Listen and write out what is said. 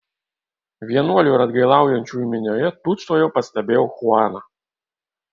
vienuolių ir atgailaujančiųjų minioje tučtuojau pastebėjau chuaną